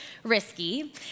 risky